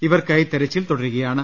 ഇവർക്കായി തെരച്ചിൽ തുട രുകയാണ്